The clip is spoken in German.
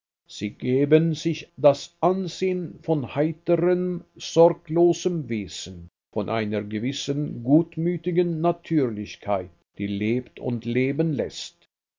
sie geben sich das ansehen von heiterem sorglosem wesen von einer gewissen gutmütigen natürlichkeit die lebt und leben läßt